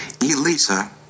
Elisa